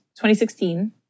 2016